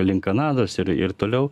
link kanados ir ir toliau